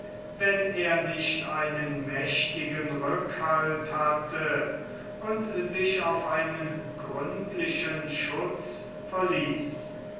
wenn er nicht einen mächtigen rückhalt hatte und sich auf einen gründlichen schutz verließ